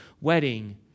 wedding